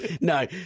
no